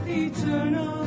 eternal